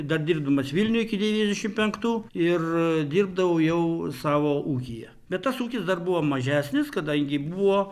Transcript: dar dirbdamas vilniuj iki devyniasdešim penktų ir dirbdavau jau savo ūkyje bet tas ūkis dar buvo mažesnis kadangi buvo